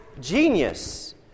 genius